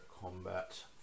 Combat